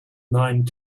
nine